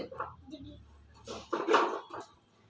ಮೆಣಸನ್ನು ಯಾವ ರಾಜ್ಯದಲ್ಲಿ ಹೆಚ್ಚು ಬೆಳೆಯಲಾಗುತ್ತದೆ?